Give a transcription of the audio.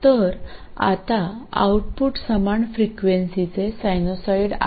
तर आता आऊटपुट समान फ्रिक्वेंसीचे सायनोसाईड आहे